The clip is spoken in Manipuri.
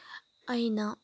ꯑꯩꯅ